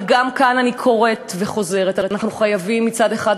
אבל גם כאן אני חוזרת וקוראת: אנחנו חייבים מצד אחד,